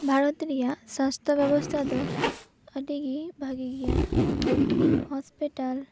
ᱵᱷᱟᱨᱚᱛ ᱨᱤᱭᱟ ᱥᱟᱥᱛᱷᱚ ᱵᱮᱵᱚᱥᱛᱷᱟ ᱫᱚ ᱟᱹᱰᱤ ᱜᱤ ᱵᱷᱟᱹᱜᱤ ᱜᱮᱭᱟ ᱦᱚᱥᱯᱤᱴᱟᱞ